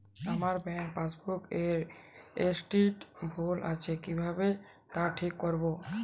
আমার bank passbook এর এড্রেসটি ভুল আছে কিভাবে তা ঠিক করবো?